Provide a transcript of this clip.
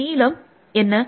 அதன் நீளம் என்ன